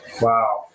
Wow